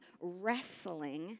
wrestling